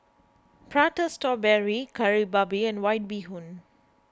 Prata Strawberry Kari Babi and White Bee Hoon